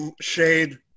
shade